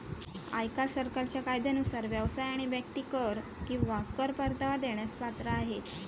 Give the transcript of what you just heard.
आयकर सरकारच्या कायद्यानुसार व्यवसाय आणि व्यक्ती कर किंवा कर परतावा देण्यास पात्र आहेत